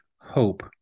hope